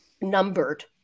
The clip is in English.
numbered